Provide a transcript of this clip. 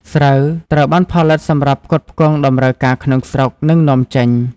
ស្រូវត្រូវបានផលិតសម្រាប់ផ្គត់ផ្គង់តម្រូវការក្នុងស្រុក និងនាំចេញ។